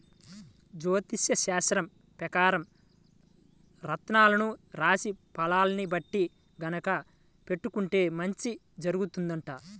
జ్యోతిష్యశాస్త్రం పెకారం రత్నాలను రాశి ఫలాల్ని బట్టి గనక పెట్టుకుంటే మంచి జరుగుతుందంట